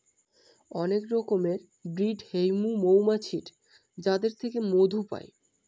অনেক রকমের ব্রিড হৈমু মৌমাছির যাদের থেকে মধু পাই